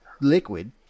liquid